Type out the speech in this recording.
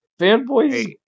Fanboys